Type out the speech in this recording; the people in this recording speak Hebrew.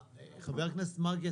חבר הכנסת מרגי,